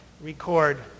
record